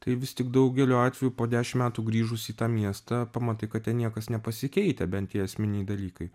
tai vis tik daugeliu atvejų po dešim metų grįžus į tą miestą pamatai kad ten niekas nepasikeitę ben tie esminiai dalykai